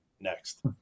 Next